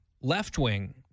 left-wing